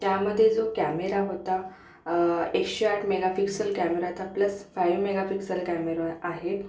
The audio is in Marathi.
त्यामध्ये जो कॅमेरा होता एकशे आठ मेगापिक्सल कॅमेरा था प्लस फाईव्ह मेगापिक्सल कॅमेरा आहे